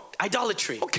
idolatry